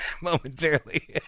momentarily